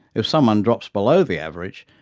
if someone drops below the average,